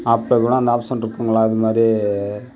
ஆப்லேன்னா அந்த ஆப்ஷன்ருக்குங்ளா இது மாதிரி